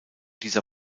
dieser